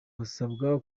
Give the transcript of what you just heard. basabwa